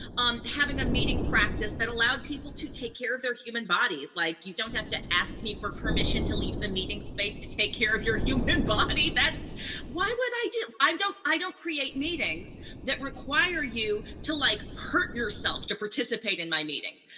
um having a meeting practice that allowed people to take care of their human bodies. like you don't have to ask me for permission to leave the meeting space to take care of your human body. why would i do. i don't i don't create meetings that require you to like hurt yourself to participate in my meetings.